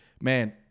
man